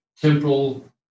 temporal